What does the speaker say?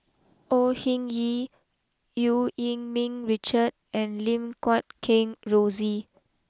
Au Hing Yee Eu Yee Ming Richard and Lim Guat Kheng Rosie